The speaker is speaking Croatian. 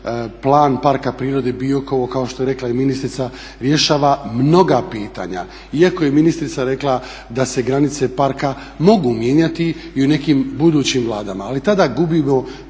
plan Parka prirode Biokovo kao što je rekla i ministrica, rješava mnoga pitanja. Iako je ministrica rekla da se granice parka mogu mijenjati i u nekim budućim vladama, ali tada gubimo